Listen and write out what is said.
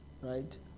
right